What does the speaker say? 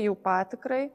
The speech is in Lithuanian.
jų patikrai